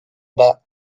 bas